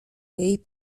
jej